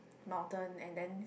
mountain and then